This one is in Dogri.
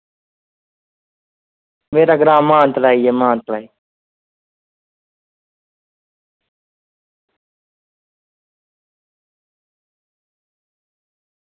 मेरा ग्रांऽ मानतलाई ऐ मानतलाई